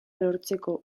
lortzeko